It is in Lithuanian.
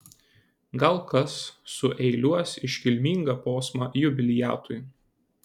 gal kas sueiliuos iškilmingą posmą jubiliatui